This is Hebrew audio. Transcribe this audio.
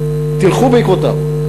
תלכו בעקבותיו.